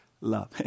love